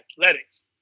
athletics